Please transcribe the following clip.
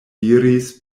diris